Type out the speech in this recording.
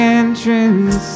entrance